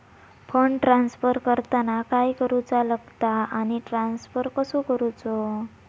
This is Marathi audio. फंड ट्रान्स्फर करताना काय करुचा लगता आनी ट्रान्स्फर कसो करूचो?